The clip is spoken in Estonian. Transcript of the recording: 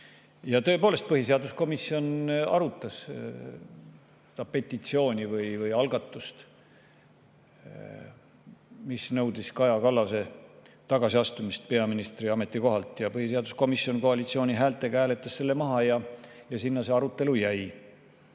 Tõepoolest, põhiseaduskomisjon arutas seda petitsiooni või algatust, mis nõudis Kaja Kallase tagasiastumist peaministri ametikohalt. Põhiseaduskomisjon hääletas koalitsiooni häältega selle maha ja sinna see arutelu jäi.